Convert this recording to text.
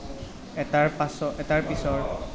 এটাৰ পিছৰ